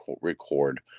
record